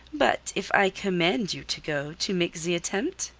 but if i command you to go to make the attempt?